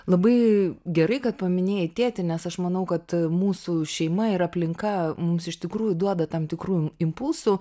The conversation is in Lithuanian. labai gerai kad paminėjai tėtį nes aš manau kad mūsų šeima ir aplinka mums iš tikrųjų duoda tam tikrų impulsų